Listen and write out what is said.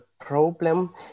problem